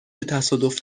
تصادف